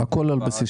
הכול על בסיס שנתי.